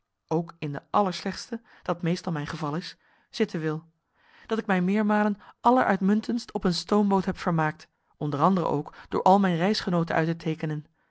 ook in de allerslechtste dat meestal mijn geval is zitten wil dat ik mij meermalen alleruitmuntendst op een stoomboot heb vermaakt onder anderen ook door al mijn reisgenooten uit te teekenen